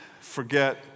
forget